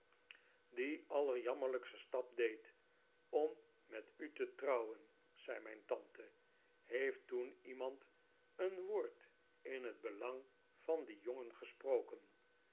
allerjammerlijksten stap deed om met u te trouwen zei mijn tante heeft toen niemand een woord in het belang van dien jongen